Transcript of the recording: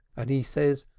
and he said,